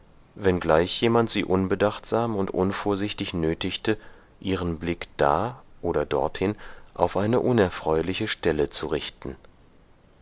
wenngleich jemand sie unbedachtsam und unvorsichtig nötigte ihren blick da oder dorthin auf eine unerfreuliche stelle zu richten